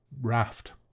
raft